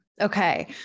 Okay